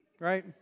right